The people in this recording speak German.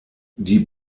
die